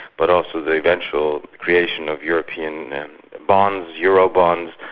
but also the eventual creation of european bonds, euro bonds,